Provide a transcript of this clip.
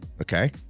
Okay